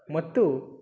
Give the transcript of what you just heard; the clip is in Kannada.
ಮತ್ತು